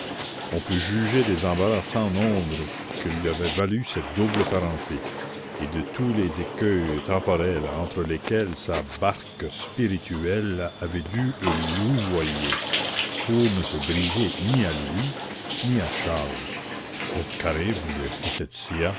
on peut juger des embarras sans nombre que lui avait valus cette double parenté et de tous les écueils temporels entre lesquels sa barque spirituelle avait dû louvoyer pour ne se briser ni à louis ni à charles cette